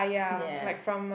ya